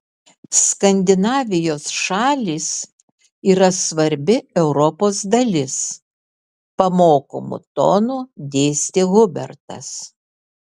skandinavijos šalys yra svarbi europos dalis pamokomu tonu dėstė hubertas